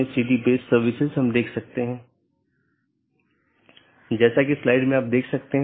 metric पर कोई सार्वभौमिक सहमति नहीं है जिसका उपयोग बाहरी पथ का मूल्यांकन करने के लिए किया जा सकता है